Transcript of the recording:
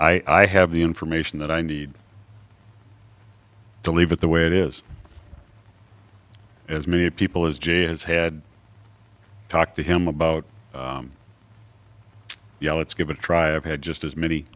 i have the information that i need to leave it the way it is as many people as jay has had talk to him about yeah let's give it a try i've had just as many